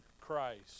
Christ